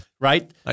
right